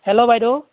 hello বাইদেউ